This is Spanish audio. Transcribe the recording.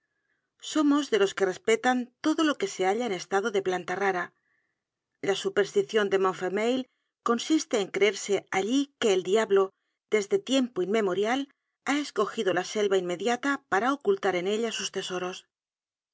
somos de los que respetan todo lo que se halla en estado de planta rara la supersticion de montfermeil consiste en creerse allí que el diablo desde tiempo inmemorial ha escogido la selva inmediata para ocultar en ella sus tesoros